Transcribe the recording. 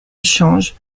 échange